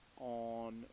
on